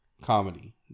comedy